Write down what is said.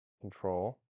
control